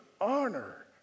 Honor